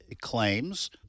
claims